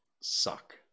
suck